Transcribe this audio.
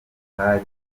hari